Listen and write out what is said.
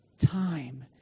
time